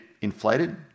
inflated